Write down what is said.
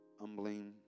humbling